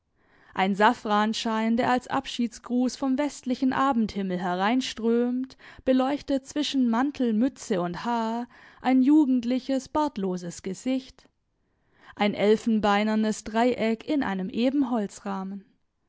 ein safranschein der als abschiedsgruß vom westlichen abendhimmel hereinströmt beleuchtet zwischen mantel mütze und haar ein jugendliches bartloses gesicht ein elfenbeinernes dreieck in einem